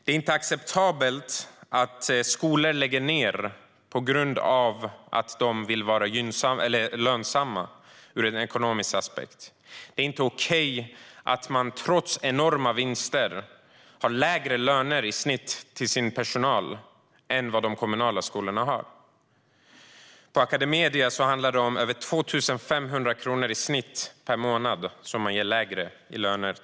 Det är inte acceptabelt att skolor läggs ned på grund av att bolagen vill vara ekonomiskt lönsamma. Det är inte okej att man, trots enorma vinster, ger sin personal lägre löner i snitt än de kommunala skolorna gör. På Academedia handlar det om över 2 500 kronor i snitt per månad i lägre lön.